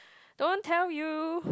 don't tell you